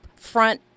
upfront